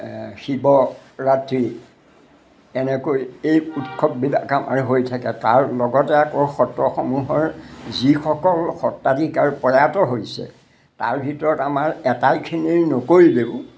শিৱৰাত্ৰি এনেকৈ এই উৎসৱবিলাক আমাৰ হৈ থাকে তাৰ লগতে আকৌ সত্ৰসমূহৰ যিসকল সত্ৰাধিকাৰ প্ৰয়াত হৈছে তাৰ ভিতৰত আমাৰ এটাইখিনি নকৰিলেও